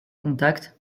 contact